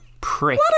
prick